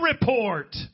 report